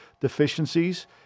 deficiencies